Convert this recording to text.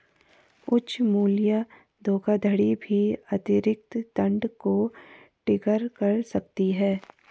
उच्च मूल्य धोखाधड़ी भी अतिरिक्त दंड को ट्रिगर कर सकती है